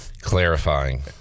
Clarifying